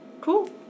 Cool